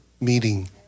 meeting